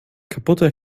kaputte